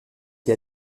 été